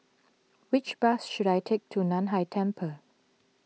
which bus should I take to Nan Hai Temple